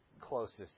closest